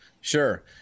Sure